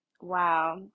Wow